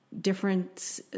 different